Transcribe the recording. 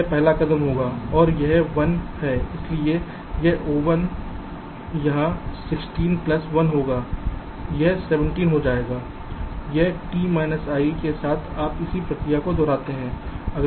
यह पहला कदम होगा और यह 1 है इसलिए यह O1 यह 16 प्लस 1 होगा यह 17 हो जाएगा इस t i के साथ आप इसी प्रक्रिया को दोहराते हैं